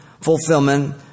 fulfillment